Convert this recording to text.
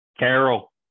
Carol